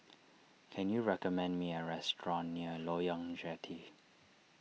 can you recommend me a restaurant near Loyang Jetty